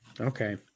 Okay